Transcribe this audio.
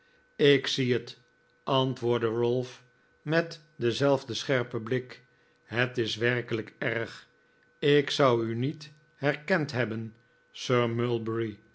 ik zie het antwoordde ralph met denv wfc l xu w mimud rf deelnemend bezoek zelfden scherpen blik het is werkelijk erg ik zou u niet herkend hebben sir mulberry